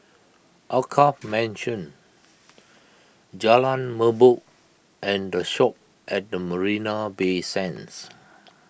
Alkaff Mansion Jalan Merbok and the Shoppes at Marina Bay Sands